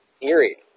eerie